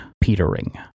petering